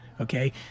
Okay